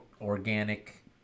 organic